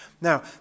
Now